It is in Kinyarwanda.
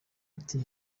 ati